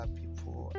people